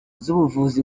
z’ubuvuzi